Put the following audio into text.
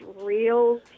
real